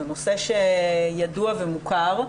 זה נושא שידוע ומוכר,